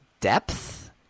depth